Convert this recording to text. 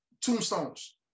tombstones